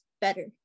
better